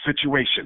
situation